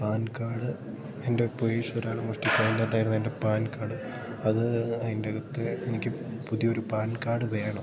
pan card എൻ്റെ പേഴ്സൊരാൾ മോഷ്ടിച്ചു അതിൻ്റെ അകത്തായിരുന്നു എൻ്റെ പാൻ കാഡ് അത് അതിൻ്റകത്ത് എനിക്ക് പുതിയൊരു പാൻ കാഡ് വേണം